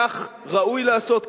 כך ראוי לעשות,